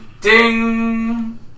Ding